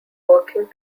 working